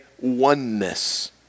oneness